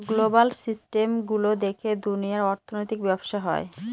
global system গুলো দেখে দুনিয়ার অর্থনৈতিক ব্যবসা হয়